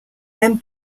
même